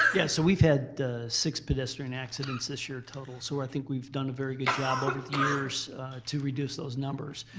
yes so we've had six pedestrian accidents this year total so i think we've done a very good job over the years to reduce those numbers.